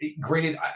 granted